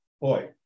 boy